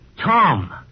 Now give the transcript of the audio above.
Tom